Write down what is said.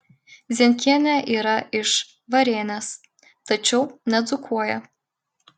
zienkienė yra iš varėnės tačiau nedzūkuoja